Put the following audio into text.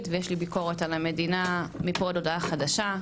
ויש לי ביקורת על המדינה מפה עד הודעה חדשה,